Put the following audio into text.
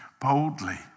boldly